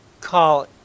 call